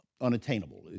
unattainable